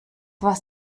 was